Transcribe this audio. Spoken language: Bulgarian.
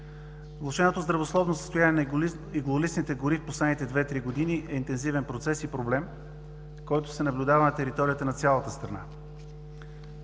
Влошеното здравословно състояние на иглолистните гори в последните две-три години е интензивен процес и проблем, който се наблюдава на територията на цялата страна.